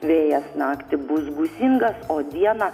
vėjas naktį bus gūsingas o dieną